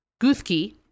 guthke